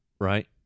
Right